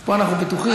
פה אנחנו בטוחים,